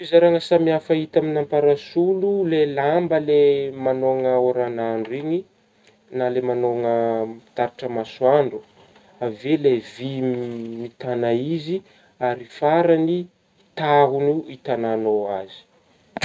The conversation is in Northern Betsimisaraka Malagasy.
Fizaragna samihafa hita aminah parasolo lay lamba lay manôhagna oran'andro igny na ilay manohagna taratry masoandro avy eo ilay vy mi-mitagna izy ary faragny tahogno itanagnao azy.